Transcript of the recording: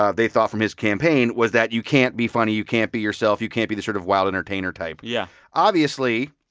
they thought from his campaign, was that you can't be funny. you can't be yourself. you can't be the sort of wild entertainer type yeah obviously,